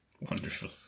Wonderful